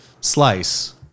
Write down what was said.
slice